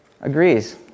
agrees